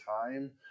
time